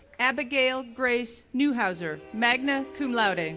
abigail grace neuhauser, magna cum laude, and